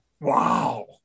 wow